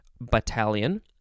Battalion